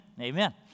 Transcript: Amen